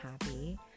happy